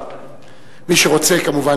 מי שרוצה כמובן